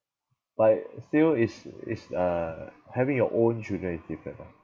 but still it's it's uh having your own children is different lah